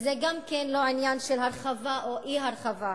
וזה גם לא עניין של הרחבה או אי-הרחבה.